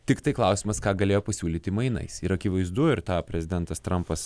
tiktai klausimas ką galėjo pasiūlyti mainais ir akivaizdu ir tą prezidentas trampas